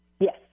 Yes